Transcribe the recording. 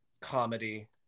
comedy